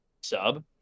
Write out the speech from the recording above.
sub